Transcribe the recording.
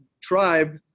tribe